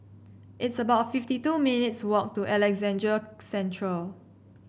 it's about fifty two minutes walk to Alexandra Central